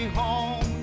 home